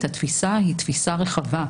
התפיסה היא תפיסה רחבה.